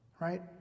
right